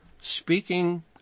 speaking